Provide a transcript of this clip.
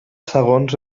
segons